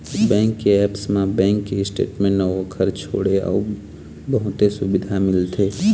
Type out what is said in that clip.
bank के apps म bank के स्टेटमेंट अउ ओखर छोड़े अउ बहुते सुबिधा मिलथे